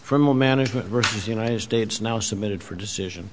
from a management versus united states now submitted for decision